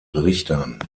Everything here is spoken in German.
richtern